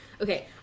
okay